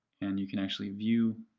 and you can actually view